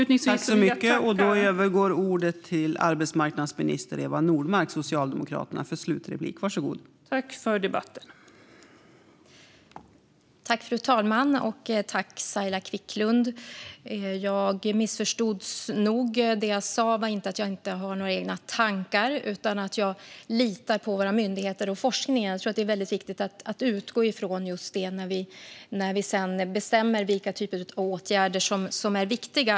Tack för debatten!